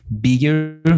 bigger